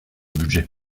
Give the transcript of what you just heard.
budget